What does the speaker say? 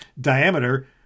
diameter